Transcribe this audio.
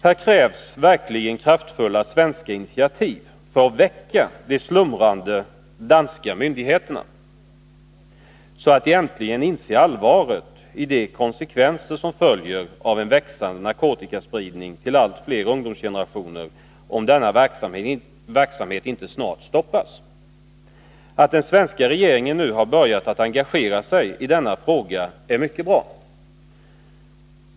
Här krävs verkligen kraftfulla svenska initiativ för att väcka de slumrande danska myndigheterna, så att de äntligen inser allvaret i de konsekvenser som följer av en växande narkotikaspridning till allt fler ungdomsgenerationer, om denna verksamhet inte snarast stoppas. Att den svenska regeringen nu har börjat att engagera sig i denna fråga är mycket bra.